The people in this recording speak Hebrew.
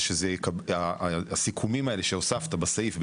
זה שהסיכומים האלה שהוספת בסעיף,